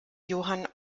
johann